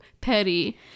petty